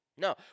No